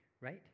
right